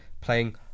playing